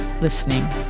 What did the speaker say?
listening